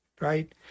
right